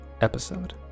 episode